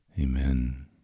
amen